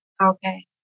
Okay